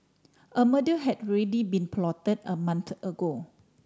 a murder had already been plotted a month ago